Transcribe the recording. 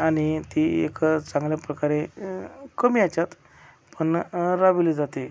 आणि ती एक चांगल्याप्रकारे कमी याच्यात पण राबवली जाते